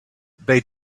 they